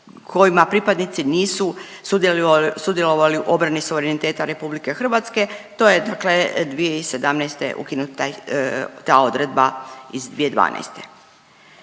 kojima pripadnici nisu sudjelovali u obrani suvereniteta RH. To je dakle 2017. ukinut taj, ta odredba iz 2012.